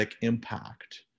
impact